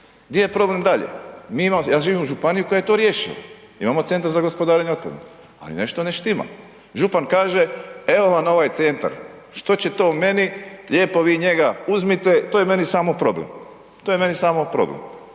Gdje je problem dalje? Ja živim o županiji koja je to riješila. Imamo CGO ali nešto ne štima. Župan kaže evo vam ovaj centar, što će to meni, lijepo vi njega uzmite, to je meni samo problem, to je meni samo problem.